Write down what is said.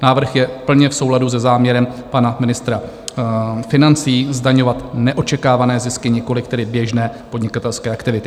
Návrh je plně v souladu se záměrem pana ministra financí zdaňovat neočekávané zisky, nikoliv tedy běžné podnikatelské aktivity.